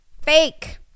Fake